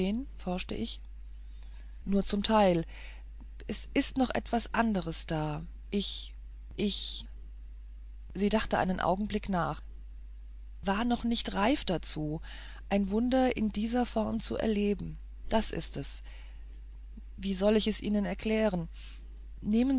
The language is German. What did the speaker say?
forschte ich nur zum teil es ist noch etwas anderes da ich ich sie dachte einen augenblick nach war noch nicht reif dazu ein wunder in dieser form zu erleben das ist es wie soll ich es ihnen erklären